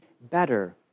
better